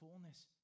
fullness